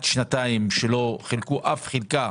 שנתיים היה מוקפא ולא חולקה אף חלקה